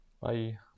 Bye